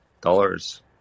dollars